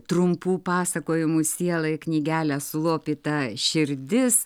trumpų pasakojimų sielai knygelę sulopyta širdis